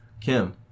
Kim